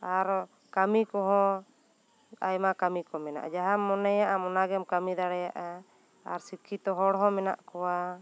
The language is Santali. ᱟᱨᱚ ᱠᱟᱹᱢᱤ ᱠᱚᱦᱚᱸ ᱟᱭᱢᱟ ᱠᱟᱹᱢᱤ ᱠᱚ ᱢᱮᱱᱟᱜᱼᱟ ᱢᱟᱦᱟᱢ ᱢᱚᱱᱮ ᱟᱢ ᱚᱱᱟᱢ ᱠᱟᱹᱢᱤ ᱫᱟᱲᱮᱭᱟᱜᱼᱟ ᱟᱨ ᱥᱤᱠᱠᱷᱤᱛᱚ ᱦᱚᱲ ᱢᱮᱱᱟᱜ ᱠᱚᱣᱟ